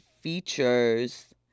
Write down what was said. features